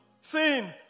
sin